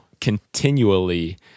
continually